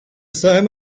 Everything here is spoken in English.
same